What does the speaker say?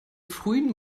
frühen